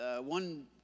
one